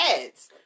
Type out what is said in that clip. ads